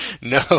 No